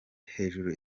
hejuru